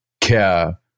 care